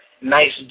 nice